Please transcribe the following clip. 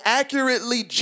accurately